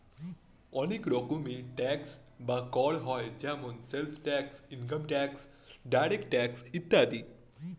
অনেক রকম ট্যাক্স বা কর হয় যেমন sales tax, income tax, direct tax ইত্যাদি